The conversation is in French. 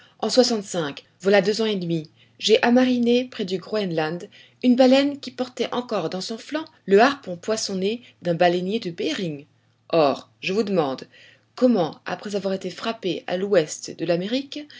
en soixante-cinq voilà deux ans et demi j'ai amariné près du groenland une baleine qui portait encore dans son flanc le harpon poinçonné d'un baleinier de bering or je vous demande comment après avoir été frappé à l'ouest de l'amérique